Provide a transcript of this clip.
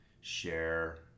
share